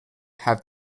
have